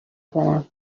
دارم